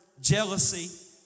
jealousy